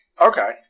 Okay